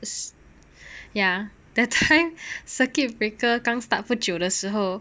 is ya that time circuit breaker 刚 start for 不久的时候